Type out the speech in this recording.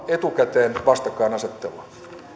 etukäteen vastakkainasettelua